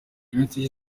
ninshuti